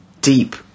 deep